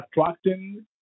attracting